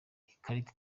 ikarita